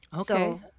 Okay